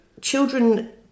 children